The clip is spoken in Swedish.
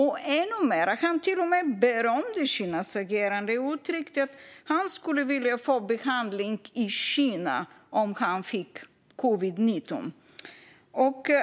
Han till och med berömde Kinas agerande och uttryckte att han skulle vilja få behandling i Kina om han fick covid-19.